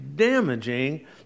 Damaging